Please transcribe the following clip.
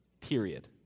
Period